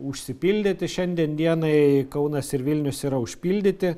užsipildyti šiandien dienai kaunas ir vilnius yra užpildyti